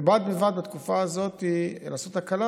ובד בבד בתקופה הזאת לעשות הקלה,